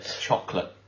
chocolate